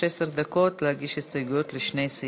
יש עשר דקות להגיש הסתייגויות לשני סעיפים.